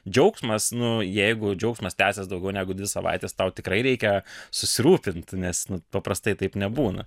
džiaugsmas nu jeigu džiaugsmas tęsės daugiau negu dvi savaites tau tikrai reikia susirūpint nes paprastai taip nebūna